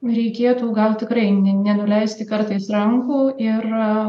reikėtų gal tikrai ne nenuleisti kartais rankų ir